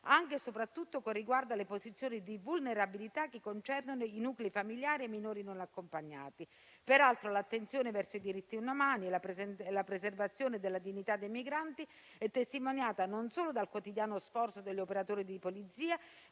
anche e soprattutto con riguardo alle posizioni di vulnerabilità che concernono i nuclei familiari e i minori non accompagnati. Peraltro, l'attenzione verso i diritti umani e la preservazione della dignità dei migranti sono testimoniate non solo dal quotidiano sforzo degli operatori di polizia